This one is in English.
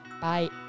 Bye